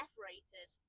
F-rated